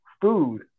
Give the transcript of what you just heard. food